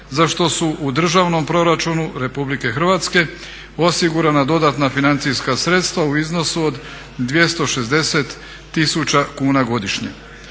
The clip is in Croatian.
za što su u državnom proračunu RH osigurana dodatna financijska sredstva u iznosu od 260 tisuća kuna godišnje.